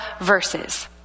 verses